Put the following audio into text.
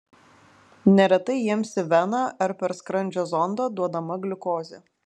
neretai jiems į veną ar per skrandžio zondą duodama gliukozė